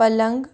पलंग